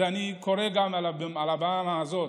ואני קורא לכך גם מעל הבמה הזאת,